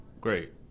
Great